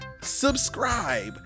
subscribe